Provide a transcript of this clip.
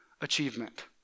achievement